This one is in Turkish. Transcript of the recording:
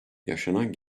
yaşanan